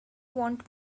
want